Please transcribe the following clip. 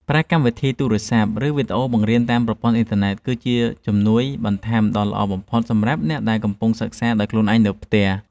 ប្រើប្រាស់កម្មវិធីទូរស័ព្ទ ឬវីដេអូបង្រៀនតាមប្រព័ន្ធអ៊ីនធឺណិតគឺជាជំនួយបន្ថែមដ៏ល្អបំផុតសម្រាប់អ្នកដែលកំពុងសិក្សាដោយខ្លួនឯងនៅផ្ទះ។